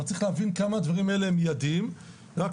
כלומר צריך להבין כמה הדברים האלה מיידיים ורק